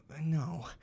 No